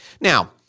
Now